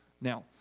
Now